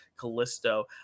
Callisto